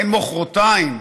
אין מוחרתיים,